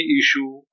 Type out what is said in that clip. issue